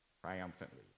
triumphantly